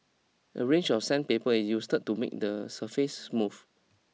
a range of sandpaper is used to make the surface smooth